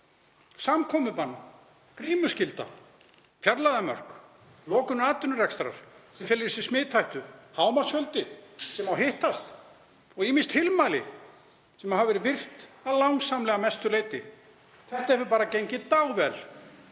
samkomubann, grímuskylda, fjarlægðarmörk, lokun atvinnurekstrar sem felur í sér smithættu, hámarksfjöldi sem má hittast og ýmis tilmæli sem hafa verið virt að langsamlega mestu leyti? Þetta hefur bara gengið dável.